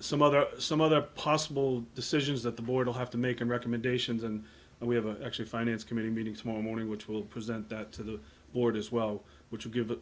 some other some other possible decisions that the board will have to make and recommendations and we have actually finance committee meeting tomorrow morning which will present that to the board as well which would give